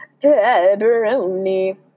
Pepperoni